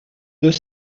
deux